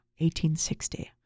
1860